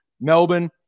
Melbourne